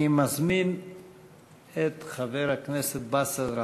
אני מזמין את חבר הכנסת באסל גטאס,